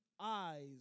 eyes